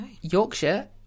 Yorkshire